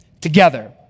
together